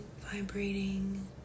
vibrating